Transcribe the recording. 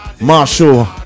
Marshall